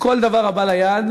מכל הבא ליד,